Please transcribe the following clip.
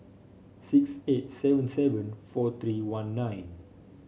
six eight seven seven four three one nine